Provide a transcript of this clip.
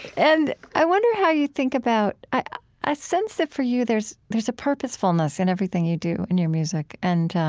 and i wonder how you think about i i sense that, for you, there's there's a purposefulness in everything you do, in your music. and